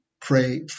pray